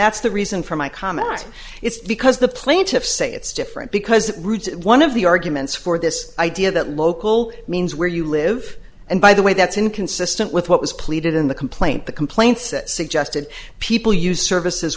that's the reason for my comment it's because the plaintiffs say it's different because it roots in one of the arguments for this idea that local means where you live and by the way that's inconsistent with what was pleaded in the complaint the complaints that suggested people use services